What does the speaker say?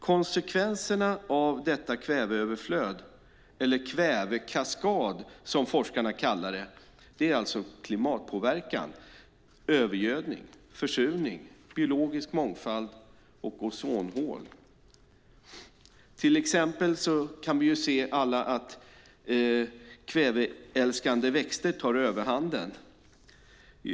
Konsekvenserna av detta kväveöverflöd, eller denna kvävekaskad, som forskarna kallar det, är klimatpåverkan, övergödning, försurning, biologisk mångfald och ozonhål. Till exempel kan vi alla se att kväveälskande växter tar överhanden.